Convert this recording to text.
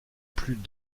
plus